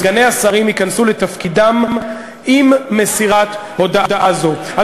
סגני השרים ייכנסו לתפקידם עם מסירת הודעה זו.